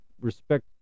respect